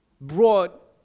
brought